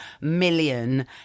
million